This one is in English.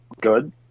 good